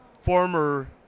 former